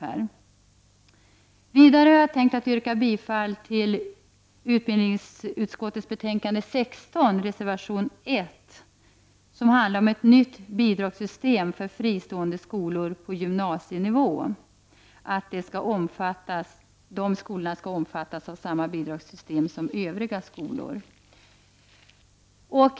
Jag yrkar vidare bifall till reservation nr 1 till utbildningsutskottets betänkande 16, som handlar om ett nytt bidragssystem för fristående skolor på gymnasial nivå. De skolorna skall omfattas av samma bidragssystem som övriga skolor.